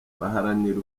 baharanira